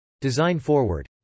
design-forward